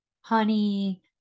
honey